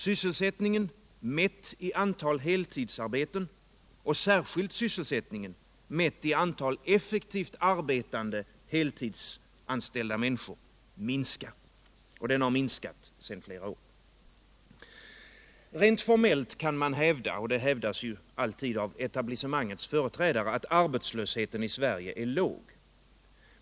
Sysselsättningen mätt i antal heltidsarbeten och särskilt sysselsättningen mätt i antal effektivt arbetande heltidsanställda människor minskar, och den har minskat sedan flera år. Rent formellt kan man hävda — och det hävdas ju alltid av etablissemangets företrädare — att arbetslösheten i Sverige är låg.